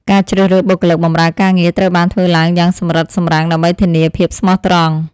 ការជ្រើសរើសបុគ្គលិកបម្រើការងារត្រូវបានធ្វើឡើងយ៉ាងសម្រិតសម្រាំងដើម្បីធានាភាពស្មោះត្រង់។